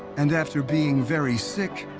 and after being very sick,